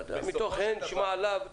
מתוך הן נשמע לאו.